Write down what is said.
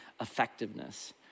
effectiveness